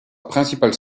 principale